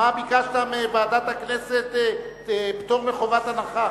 מדוע ביקשת מוועדת הכנסת פטור מחובת הנחה?